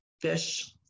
fish